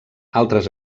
altres